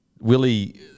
Willie –